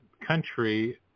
country